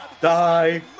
Die